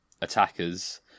attackers